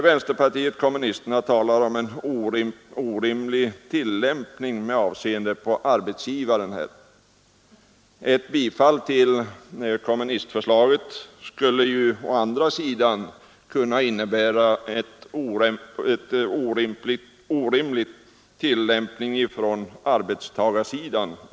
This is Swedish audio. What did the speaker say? Vänsterpartiet kommunisterna talar om en orimlig tillämpning med avseende på arbetsgivaren, men ett bifall till kommunistförslaget skulle å andra sidan — om man vill vara rättvis — kunna innebära en orimlig tillämpning från arbetstagarsidan.